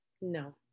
No